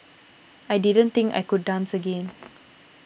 I didn't think I could dance again